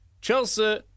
Chelsea